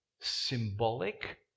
symbolic